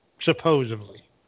Supposedly